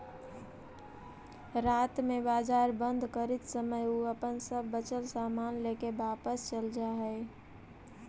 रात में बाजार बंद करित समय उ अपन सब बचल सामान लेके वापस चल जा हइ